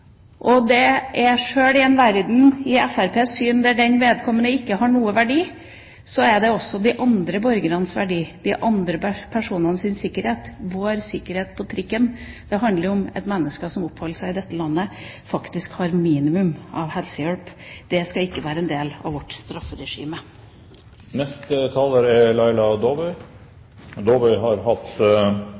i en verden med Fremskrittspartiets syn, der vedkommende ikke har noen verdi, handler det om de andre borgernes verdi, de andre personenes sikkerhet – vår sikkerhet på trikken. Det handler om at et menneske som oppholder seg i dette landet, faktisk bør ha et minimum av helsehjelp. Det skal ikke være en del av vårt strafferegime. Representanten Dåvøy har hatt ordet to ganger tidligere i debatten, og